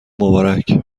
مبارک